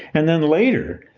and then later,